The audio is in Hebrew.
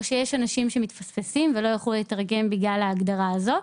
או שיש אנשים שמתפספסים ולא יוכלו לתרגם בגלל ההגדרה הזו?